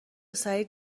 سعید